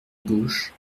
gauche